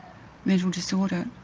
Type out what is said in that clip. mental disorder